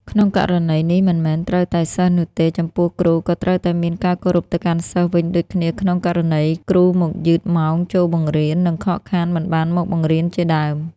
ក្នុងករណីនេះមិនមែនត្រូវតែសិស្សនោះទេ ចំពោះគ្រូក៏ត្រូវតែមានការគោរពទៅកាន់សិស្សវិញដូចគ្នាក្នុងករណីគ្រូមកយឺតម៉ោងចូលបង្រៀន និងខកខានមិនបានមកបង្រៀនជាដើម។